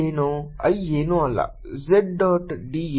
I ಏನೂ ಅಲ್ಲ J dot d a